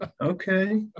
okay